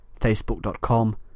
facebook.com